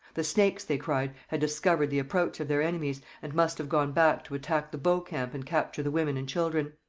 the snakes, they cried, had discovered the approach of their enemies, and must have gone back to attack the bow camp and capture the women and children.